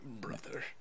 Brother